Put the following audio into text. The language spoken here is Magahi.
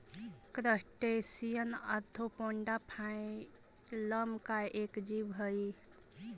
क्रस्टेशियन ऑर्थोपोडा फाइलम का एक जीव हई